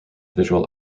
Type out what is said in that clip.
visual